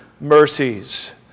mercies